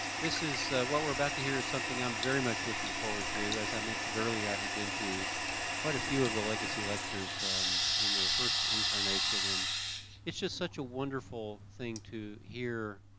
this is what we're about to hear is something i'm very much looking forward to. as i mentioned earlier, i had been to quite a few of the legacy lectures in their first reincarnation and it's just such a wonderful thing to hear